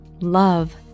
Love